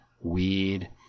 weed